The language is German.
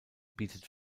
bietet